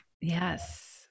Yes